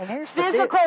Physical